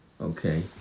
Okay